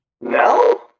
No